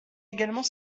également